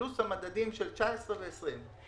פלוס המדדים של השנים 2019 ו-2020.